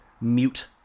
mute